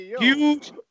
Huge